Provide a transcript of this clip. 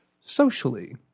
socially